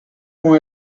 con